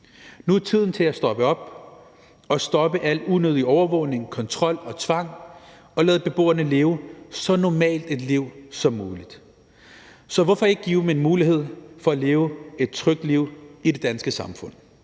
Nu er tiden inde til at stoppe op og stoppe al unødig overvågning, kontrol og tvang og lade beboerne leve så normalt et liv som muligt. Så hvorfor ikke give dem en mulighed for at leve et trygt liv i det danske samfund,